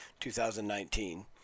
2019